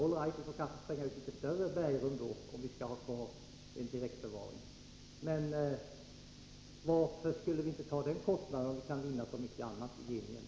All right, vi får kanske spränga litet större bergrum om vi skall ha kvar en direktförvaring, men varför skulle vi inte ta den kostnaden, om vi kan vinna så mycket annat i gengäld.